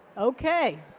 ok